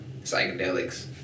Psychedelics